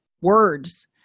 words